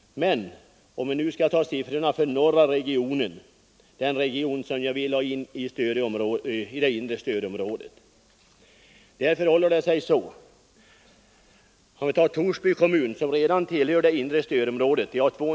Men nu skall jag redovisa siffrorna för norra regionen, den region som jag vill ha överförd till det inre stödområdet.